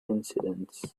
incidents